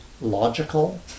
logical